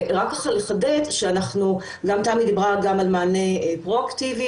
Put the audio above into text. ורק ככה לחדד שאנחנו גם תמי גם על מענה פרו-אקטיבי